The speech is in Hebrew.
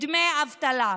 דמי אבטלה.